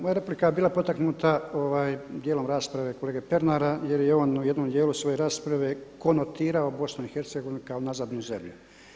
Moja replika je bila potaknuta tijelom rasprave kolege Pernara jer je on u jednom dijelu svoje rasprave konotirao BiH kao nazadnu zemlju.